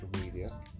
media